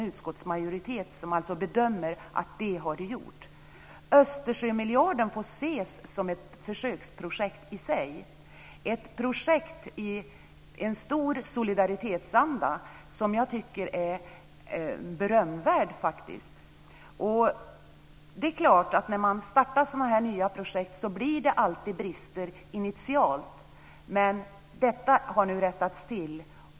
Utskottsmajoriteten bedömer att det har skett. Östersjömiljarden får ses som ett försöksprojekt i sig, ett projekt i en stor, berömvärd solidaritetsanda. När man startar nya projekt blir det alltid brister initialt. De har nu rättats till.